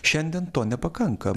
šiandien to nepakanka